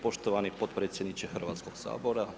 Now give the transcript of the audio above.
Poštovani potpredsjedniče Hrvatskog sabora.